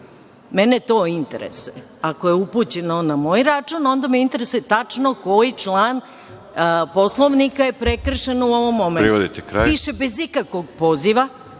Mene to interesuje. Ako je upućeno na moj račun, onda me interesuje tačno koji član Poslovnika je prekršen u ovom momentu.(Predsedavajući: Privodite kraju.)Piše – bez ikakvog poziva,